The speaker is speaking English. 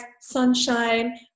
sunshine